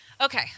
Okay